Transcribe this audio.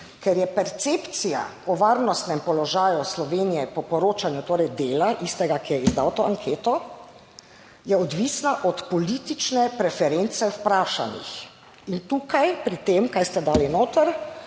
ker je percepcija o varnostnem položaju Slovenije po poročanju, torej Dela, istega, ki je izdal to anketo, je odvisna od politične preference vprašanih. In tukaj pri tem, kar ste dali noter,